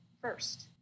first